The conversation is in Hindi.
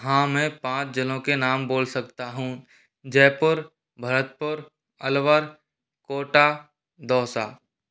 हाँ मैं पाँच ज़िलो के नाम बोल सकता हूँ जयपुर भरतपुर अलवर कोटा दौसा